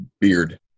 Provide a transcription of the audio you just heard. beard